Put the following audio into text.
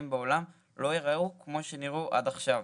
בעולם לא ייראו כמו שהם נראו עד עכשיו.